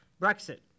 Brexit